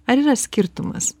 ar yra skirtumas